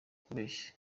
ukubeshya